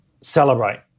celebrate